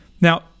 Now